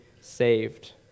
saved